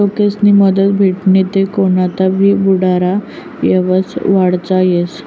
लोकेस्नी मदत भेटनी ते कोनता भी बुडनारा येवसाय वाचडता येस